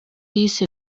yise